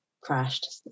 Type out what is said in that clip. crashed